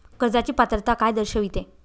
कर्जाची पात्रता काय दर्शविते?